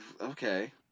Okay